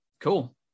Cool